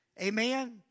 Amen